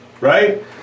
right